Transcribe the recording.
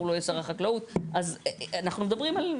חייבת להיות פלטפורמה שבה מעבירים את המידע ממרכז המיפוי